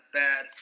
bad